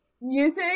music